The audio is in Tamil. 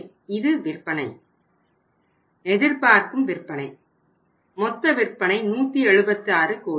எனவே இது விற்பனை எதிர்பார்க்கும் விற்பனை மொத்த விற்பனை 176 கோடிகள்